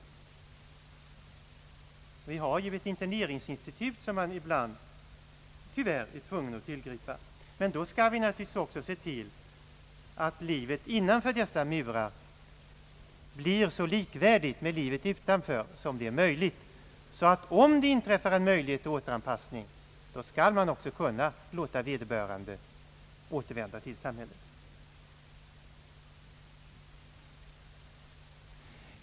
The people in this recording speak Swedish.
Vi har ju ett interneringsinstitut som man tyvärr är tvungen att tillgripa ibland. Men då skall vi naturligtvis också se till att livet innanför murarna blir såvitt möjligt likartat med livet utanför, så att om det yppar sig en möjlighet till återanpassning man också kan låta vederbörande återvända till samhället.